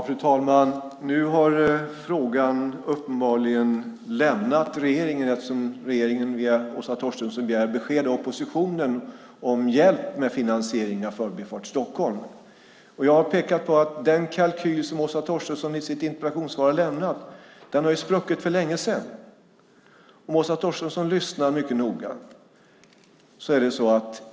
Fru talman! Nu har frågan uppenbarligen lämnat regeringen eftersom regeringen via Åsa Torstensson begär besked av oppositionen om hjälp med finansieringen av Förbifart Stockholm. Jag har pekat på att den kalkyl som Åsa Torstensson har lämnat i sitt interpellationssvar har spruckit för länge sedan. Jag vill att Åsa Torstensson lyssnar noga.